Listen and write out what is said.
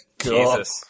Jesus